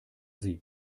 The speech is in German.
sie